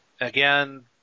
Again